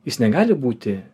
jis negali būti